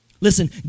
listen